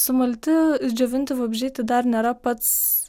sumalti išdžiovinti vabzdžiai tai dar nėra pats